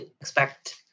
expect